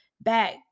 back